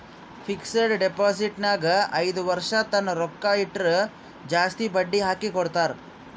fixed deposit ನಾಗ್ ಐಯ್ದ ವರ್ಷ ತನ್ನ ರೊಕ್ಕಾ ಇಟ್ಟುರ್ ಜಾಸ್ತಿ ಬಡ್ಡಿ ಹಾಕಿ ಕೊಡ್ತಾರ್